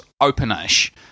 open-ish